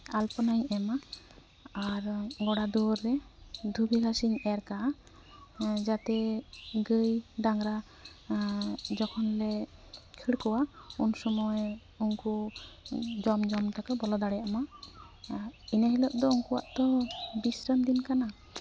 ᱟᱞᱯᱚᱱᱟᱧ ᱮᱢᱟ ᱟᱨ ᱜᱚᱲᱟ ᱫᱩᱣᱟᱹᱨ ᱨᱮ ᱫᱷᱩᱵᱤ ᱜᱷᱟᱥ ᱤᱧ ᱮᱨ ᱠᱟᱜᱼᱟ ᱡᱟᱛᱮ ᱜᱟᱹᱭ ᱰᱟᱝᱨᱟ ᱡᱚᱠᱷᱚᱱ ᱞᱮ ᱠᱷᱟᱹᱲ ᱠᱚᱣᱟ ᱩᱱ ᱥᱚᱢᱚᱭ ᱩᱱᱠᱩ ᱡᱚᱢ ᱡᱚᱢ ᱛᱮᱠᱚ ᱵᱚᱞᱚ ᱫᱟᱲᱮᱭᱟᱜ ᱢᱟ ᱮᱱᱦᱤᱞᱚᱜ ᱫᱚ ᱩᱱᱠᱩᱣᱟᱜ ᱫᱚ ᱵᱤᱥᱨᱟᱢ ᱫᱤᱱ ᱠᱟᱱᱟ